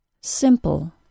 SIMPLE